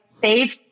save